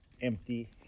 empty